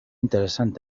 interessant